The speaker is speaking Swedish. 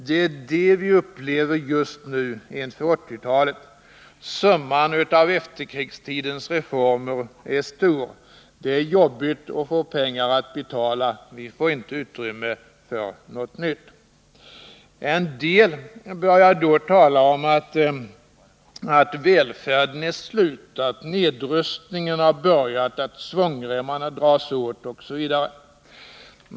Det är det vi upplever just nu inför 1980-talet. Summan av efterkrigstidens reformer är stor. Det är jobbigt att få pengar att betala med. Vi får inte utrymme för något nytt. En del börjar då tala om att välfärden är slut, att nedrustningen har börjat, attsvångremmarna dras åt osv.